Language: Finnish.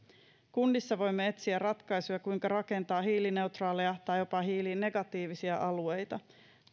kunnissa voimme etsiä ratkaisuja kuinka rakentaa hiilineutraaleja tai jopa hiilinegatiivisia alueita